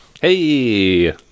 Hey